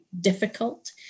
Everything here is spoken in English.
difficult